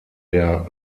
der